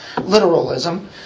literalism